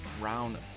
round